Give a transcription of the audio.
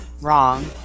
wrong